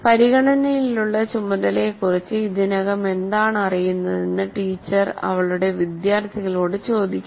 പരിഗണനയിലുള്ള ചുമതലയെക്കുറിച്ച് ഇതിനകം എന്താണ് അറിയുന്നതെന്ന് ടീച്ചർ അവളുടെ വിദ്യാർത്ഥികളോട് ചോദിക്കുന്നു